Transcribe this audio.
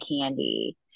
candy